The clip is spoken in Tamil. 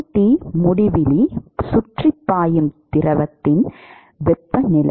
T முடிவிலி சுற்றி பாயும் திரவத்தின் வெப்பநிலை